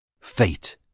fate